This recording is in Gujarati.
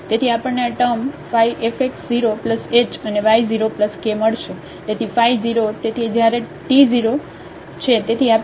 તેથી આ t 1 1 હશે તેથી આપણને આ ટર્મ phi fx 0 h અને y 0 k મળશે તેથી phi